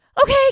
okay